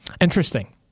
Interesting